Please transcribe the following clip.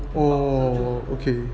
oh okay